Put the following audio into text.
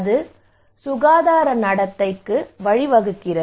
அது சுகாதார நடத்தைக்கு வழிவகுக்கிறது